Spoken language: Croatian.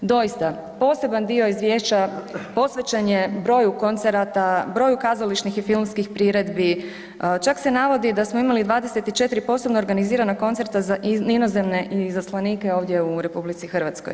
Doista, poseban dio izvješća posvećen je broju koncerata, broju kazališnih i filmskih primjedbi, čak se navodi da smo imali 24 posebno organizirana koncerta za inozemne izaslanike ovdje u RH.